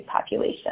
population